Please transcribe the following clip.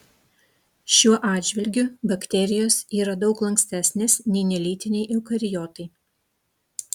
šiuo atžvilgiu bakterijos yra daug lankstesnės nei nelytiniai eukariotai